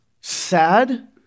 sad